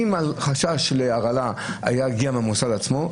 האם החשש להרעלה הגיע מהמוסד עצמו,